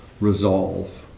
resolve